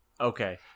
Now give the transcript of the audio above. Okay